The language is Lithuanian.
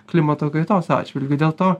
klimato kaitos atžvilgiu dėl to